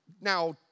Now